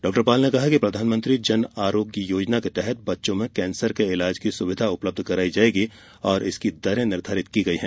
doctor Paul ने कहा कि प्रधानमंत्री जन आरोग्य योजना के तहत बच्चों में कैंसर के इलाज की सुविधा उपलब्ध कराई जाएगी और और इसकी दरें निर्धारित की गई हैं